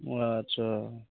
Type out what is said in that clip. आट्चा